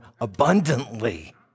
abundantly